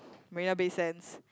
Marina-Bay-Sands